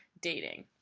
dating